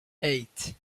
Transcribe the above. eight